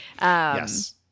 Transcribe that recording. Yes